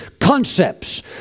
concepts